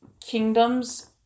kingdoms